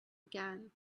again